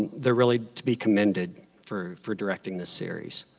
they're really to be commended for for directing this series.